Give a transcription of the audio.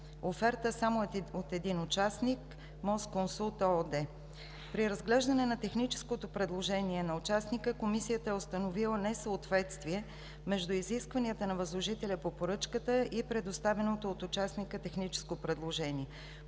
оферта само от един участник – „Мостконсулт“ ООД. При разглеждане на техническото предложение на участника комисията е установила несъответствие между изискванията на възложителя по поръчката и предоставеното от участника техническо предложение.